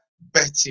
Betty